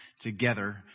together